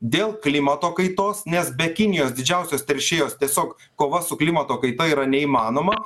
dėl klimato kaitos nes be kinijos didžiausios teršėjos tiesiog kova su klimato kaita yra neįmanoma